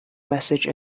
message